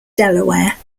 delaware